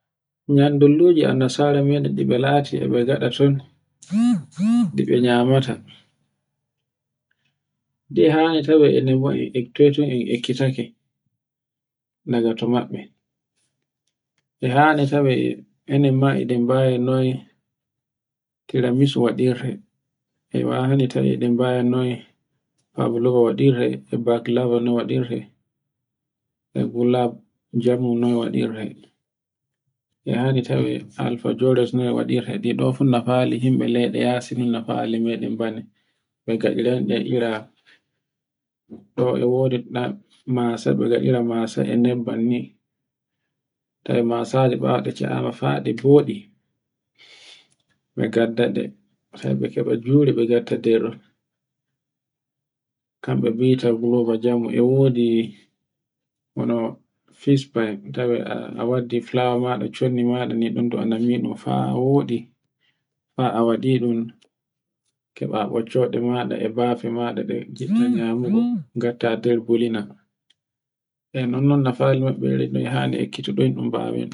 Yandulluji annasara meɗen e no lati e be ngaɗa ton nde be nyamata. Ɗi ha'e tawe e toyton e ekkitake daga tomaɓɓi. E hani tawe enen ma e ɗen bawi noye tiramisu waɗirte. E wahani tawe ɗe mbawi noye bablugo waɗirte, e gulab jorngu noy waɗirte. E hani tawe alfajores noy waɗirte ɗi ɗofu nafali meɗen bani noy gaɗirayde ira ɗo e wodi masa e nebban ni, tawe masaje tawe ɓawo ɗe se'ama fa ɗe bodi e gaddaɗe. Sai be keɓa juri ɓe ngatta nder ɗum. kamɓe bi'ata globa jamu e wodi hono, fisfay tawe a waddi fulawa maɗa chondi maɗa dinɗon ndi annani ɗun fa woɗi ha a waɗiɗum keɓa ɓoccode maɗa e bafe maɗa ɗe giɗɗo nyamugo, ngatta nder gulina. e non no nafali maɓɓe ira ɗo hani ekkititoyɗun bawayɗum.